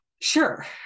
Sure